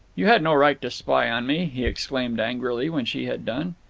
you had no right to spy on me, he exclaimed angrily when she had done.